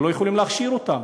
ולא יכולים להכשיר אותם,